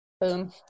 Boom